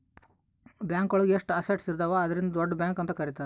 bank ಒಳಗ ಎಷ್ಟು assets ಇದಾವ ಅದ್ರಿಂದ ದೊಡ್ಡ ಬ್ಯಾಂಕ್ ಅಂತ ಕರೀತಾರೆ